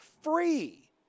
free